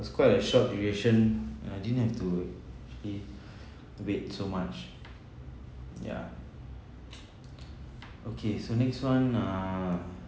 it's quite a short duration and I didn't have to actually wait so much ya okay so next one err